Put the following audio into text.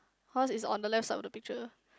how is on the left side of the picture